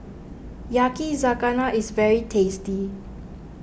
Yakizakana is very tasty